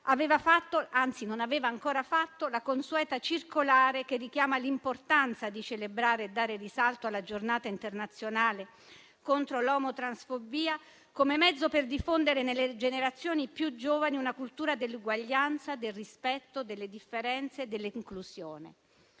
Valditara non aveva ancora emanato la consueta circolare che richiama l'importanza di celebrare, e dare risalto, alla Giornata internazionale contro l'omotransfobia come mezzo per diffondere nelle generazioni più giovani una cultura dell'uguaglianza e del rispetto delle differenze e dell'inclusione.